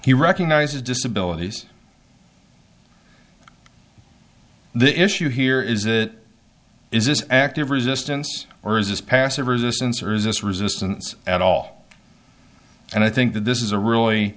he recognizes disability the issue here is that is this active resistance or is this passive resistance or is this resistance at all and i think that this is a really